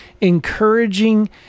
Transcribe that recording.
encouraging